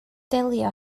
delio